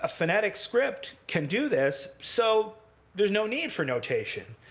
ah phonetic script can do this. so there's no need for notation.